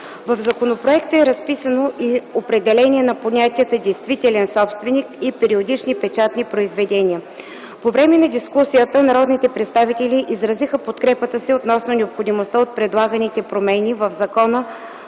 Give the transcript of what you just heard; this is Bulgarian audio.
В законопроекта е разписано и определение на понятията „действителен собственик” и „периодични печатни произведения”. По време на дискусията народните представители изразиха подкрепата си относно необходимостта от предлаганите промени в Закона